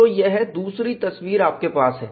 तो यह दूसरी तस्वीर आपके पास है